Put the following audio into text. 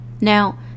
Now